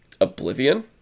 Oblivion